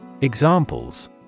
Examples